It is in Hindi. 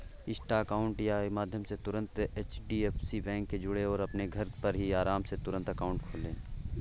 इंस्टा अकाउंट यात्रा के माध्यम से तुरंत एच.डी.एफ.सी बैंक से जुड़ें और अपने घर पर ही आराम से तुरंत अकाउंट खोले